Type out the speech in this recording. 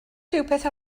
rhywbeth